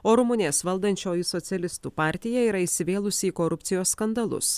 o rumunės valdančioji socialistų partija yra įsivėlusi į korupcijos skandalus